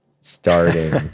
starting